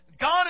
God